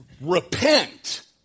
repent